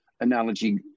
analogy